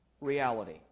reality